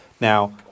Now